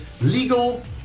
legal